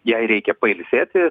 jai reikia pailsėti